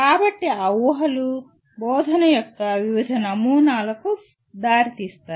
కాబట్టి ఆ ఊహలు బోధన యొక్క వివిధ నమూనాలకు దారి తీస్తాయి